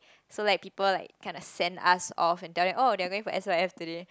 so like people like kinda send us off and tell them oh they are going for s_y_f today